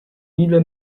ile